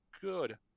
good